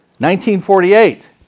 1948